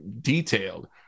detailed